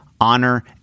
honor